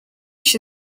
się